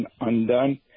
undone